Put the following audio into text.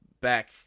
back